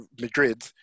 Madrid